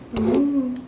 mm